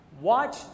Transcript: Watch